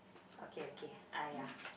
okay okay ah yea